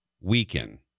weaken